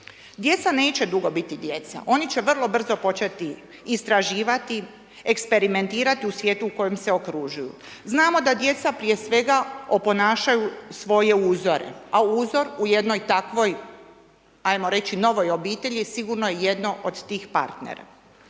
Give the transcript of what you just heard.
Djeca neće dugo biti djeca, oni će vrlo brzo početi istraživati, eksperimentirati u svijetu u kojem se okružuju. Znamo da djeca, prije svega, oponašaju svoje uzore, a uzor u jednoj takvoj, ajmo reći, novoj obitelji, sigurno je jedno od tih partnera.